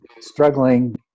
struggling